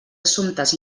assumptes